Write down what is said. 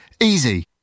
Easy